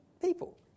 people